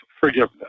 Forgiveness